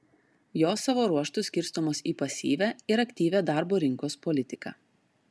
jos savo ruožtu skirstomos į pasyvią ir aktyvią darbo rinkos politiką